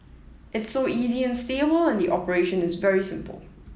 it's so easy and stable and the operation is very simple